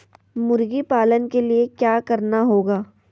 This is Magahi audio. मुर्गी पालन के लिए क्या करना होगा?